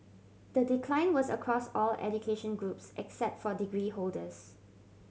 the decline was across all education groups except for degree holders